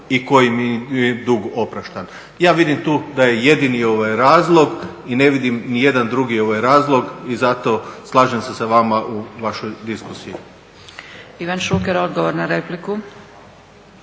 kojima je oprošten dug. Ja vidim tu da je jedini razlog i ne vidim nijedan drugi razlog i zato slažem se sa vama u vašoj diskusiji. **Zgrebec, Dragica